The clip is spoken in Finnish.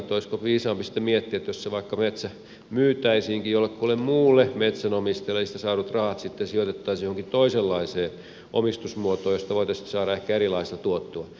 olisiko viisaampi sitten miettiä että se metsä myytäisiinkin vaikka jollekulle muulle metsänomistajalle ja siitä saadut rahat sitten sijoitettaisiin johonkin toisenlaiseen omistusmuotoon josta voitaisiin saada ehkä erilaista tuottoa